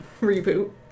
reboot